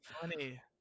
funny